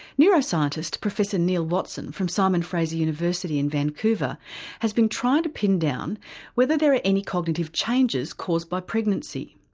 neuroscientist professor neil watson from simon fraser university in vancouver has been trying to pin down whether there are any cognitive changes caused by pregnancy.